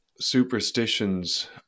superstitions